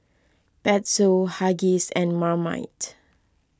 Pezzo Huggies and Marmite